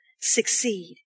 Succeed